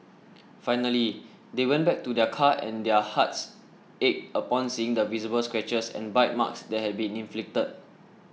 finally they went back to their car and their hearts ached upon seeing the visible scratches and bite marks that had been inflicted